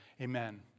amen